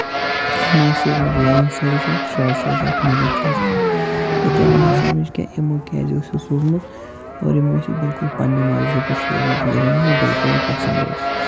یِمَو اوس سوٗزمُت لانٛگ سایِز اکھ شارٹ سایِز اَکھ میٖڈیَم سایِز اَکھ یہِ تور نہٕ مےٚ سَمجھ کیٚنٛہہ یِمَو کیٛازِ اوس یہِ سوٗزمُت اور یِمَو اوس یہِ بِلکُل پَنٕنہِ مَرضی پٮ۪ٹھ سوٗزمُت یہِ زَن نہٕ مےٚ بِلکُلے پَسنٛد اوس